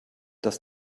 dass